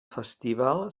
festival